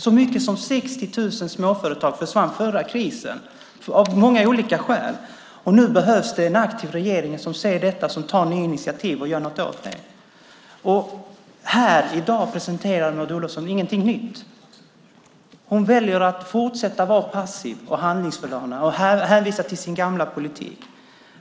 Så mycket som 60 000 småföretag försvann vid den förra krisen, av många olika skäl, och nu behövs det en aktiv regering som ser detta, som tar nya initiativ och gör något åt det. Här i dag presenterar Maud Olofsson ingenting nytt. Hon väljer att fortsätta att vara passiv och handlingsförlamad och hänvisar till sin gamla politik.